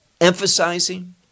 emphasizing